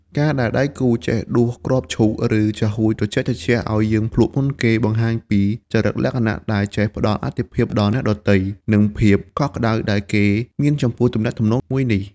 ការដែលដៃគូចេះដួសគ្រាប់ឈូក ឬចាហួយត្រជាក់ៗឱ្យយើងភ្លក់មុនគេ បង្ហាញពីចរិតលក្ខណៈដែលចេះផ្ដល់អាទិភាពដល់អ្នកដទៃ និងភាពកក់ក្ដៅដែលគេមានចំពោះទំនាក់ទំនងមួយនេះ។